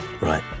Right